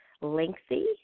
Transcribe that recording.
lengthy